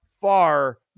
far